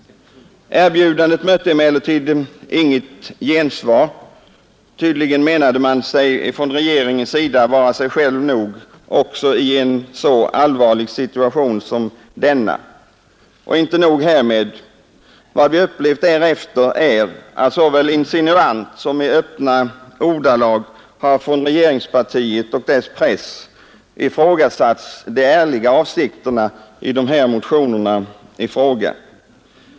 Erbjudandet mötte emellertid inget gensvar. Tydligen menade man sig från regeringens sida vara sig själv nog också i en så allvarlig situation som denna. Inte nog härmed. Vad vi upplevt därefter är att såväl med insinuationer som i öppna ordalag har av regeringspartiet och dess press ifrågasatts de ärliga avsikterna i de här ifrågavarande motionerna.